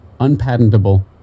unpatentable